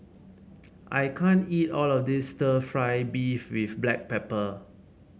I can't eat all of this stir fry beef with Black Pepper